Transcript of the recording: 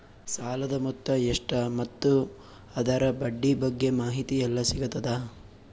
ಸಾಲದ ಮೊತ್ತ ಎಷ್ಟ ಮತ್ತು ಅದರ ಬಡ್ಡಿ ಬಗ್ಗೆ ಮಾಹಿತಿ ಎಲ್ಲ ಸಿಗತದ?